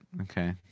Okay